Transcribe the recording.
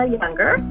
younger